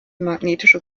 magnetische